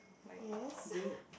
yes